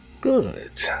Good